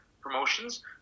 promotions